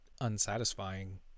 unsatisfying